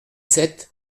sept